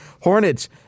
Hornets